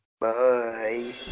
bye